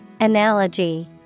Analogy